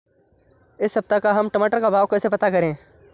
इस सप्ताह का हम टमाटर का भाव कैसे पता करें?